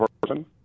person